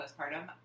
postpartum